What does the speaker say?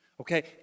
okay